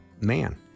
man